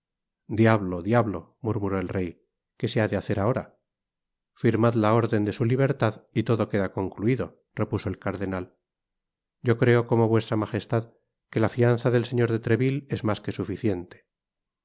diablo diablo murmuró el rey qué se ha de hacer ahora firmad la órden de su libertad y todo queda concluido repuso el cardenal yo creo como v m que la fianza del señor de treville es mas que suficiente